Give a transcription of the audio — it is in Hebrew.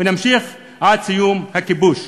ונמשיך עד סיום הכיבוש.